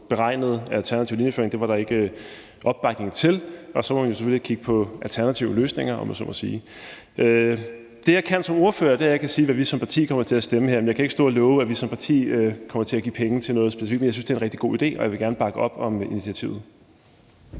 linjeføring. Det var der ikke opbakning til, og så må vi jo selvfølgelig kigge på alternative løsninger, om man så må sige. Det, jeg kan gøre som ordfører, er, at jeg kan sige, hvad vi som parti kommer til at stemme her, men jeg kan jo ikke stå og love, at vi som parti kommer til at give penge til noget specifikt. Men jeg synes, det er en rigtig god idé, og jeg vil gerne bakke op om initiativet.